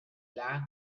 lag